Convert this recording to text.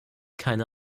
keine